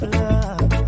love